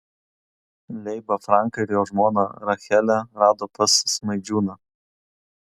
leibą franką ir jo žmoną rachelę rado pas smaidžiūną